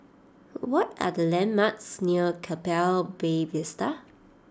what are the landmarks near Keppel Bay Vista